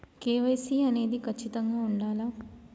KYC అనేది ఖచ్చితంగా ఉండాలా?